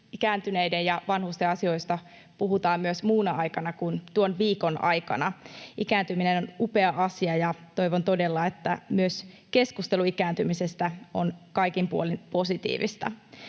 ikääntyneiden ja vanhusten asioista puhutaan myös muuna aikana kuin tuon viikon aikana. Ikääntyminen on upea asia, ja toivon todella, että myös keskustelu ikääntymisestä on kaikin puolin positiivista.